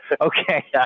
Okay